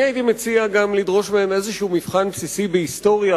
אני הייתי מציע גם לדרוש מהם איזשהו מבחן בסיסי בהיסטוריה,